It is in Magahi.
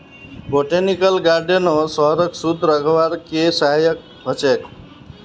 बोटैनिकल गार्डनो शहरक शुद्ध रखवार के सहायक ह छेक